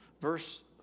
Verse